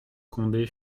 condé